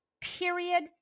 Period